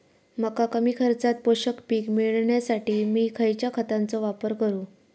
मका कमी खर्चात पोषक पीक मिळण्यासाठी मी खैयच्या खतांचो वापर करू?